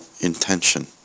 intention